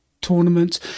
tournament